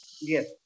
Yes